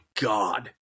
god